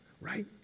right